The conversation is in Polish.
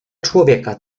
człowieka